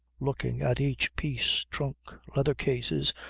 looking at each piece, trunk, leather cases,